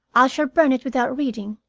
i shall burn it without reading.